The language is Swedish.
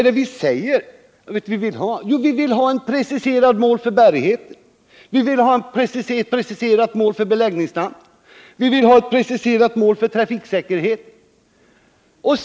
Det resonemanget håller inte. Vad vi vill ha är ett preciserat mål för bärigheten, ett preciserat mål för beläggningsstandarden och ett preciserat mål för trafiksäkerheten.